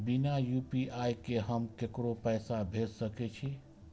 बिना यू.पी.आई के हम ककरो पैसा भेज सके छिए?